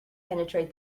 penetrate